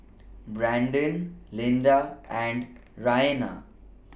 Brandon Linda and Raina